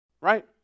Right